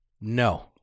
no